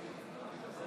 92. לפיכך,